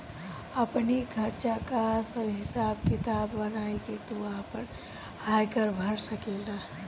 आपनी खर्चा कअ सब हिसाब किताब बनाई के तू आपन आयकर भर सकेला